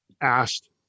asked